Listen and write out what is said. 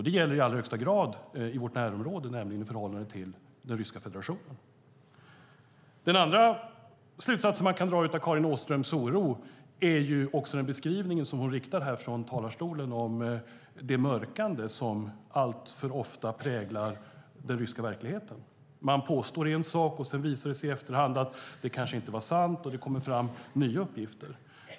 Det gäller i allra högsta grad i vårt närområde, nämligen i förhållande till Ryska federationen. Den andra slutsatsen man kan dra är att det finns en oro, som Karin Åström beskriver från talarstolen och som hon riktar mot det mörkande som alltför ofta präglar den ryska verkligheten. Man påstår en sak och sedan visar det sig i efterhand att det kanske inte var sant. Det kommer fram nya uppgifter.